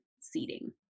seating